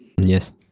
Yes